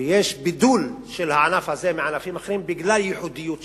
ויש בידול של הענף הזה מענפים אחרים בגלל הייחודיות שלו.